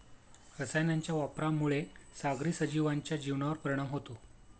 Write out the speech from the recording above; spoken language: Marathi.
रसायनांच्या वापरामुळे सागरी सजीवांच्या जीवनावर परिणाम होतो